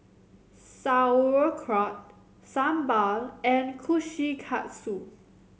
Sauerkraut Sambar and Kushikatsu